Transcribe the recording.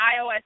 iOS